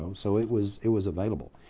um so it was it was available.